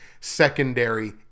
secondary